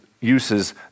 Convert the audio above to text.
uses